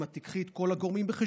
אם את תביאי את כל הגורמים בחשבון,